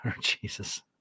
Jesus